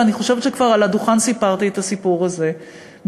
ואני חושבת שסיפרתי כבר את הסיפור הזה על